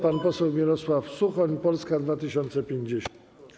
Pan poseł Mirosław Suchoń, Polska 2050.